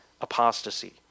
apostasy